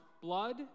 blood